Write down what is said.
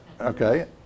okay